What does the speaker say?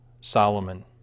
Solomon